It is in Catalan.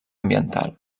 ambiental